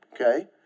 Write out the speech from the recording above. okay